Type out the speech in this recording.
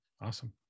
Awesome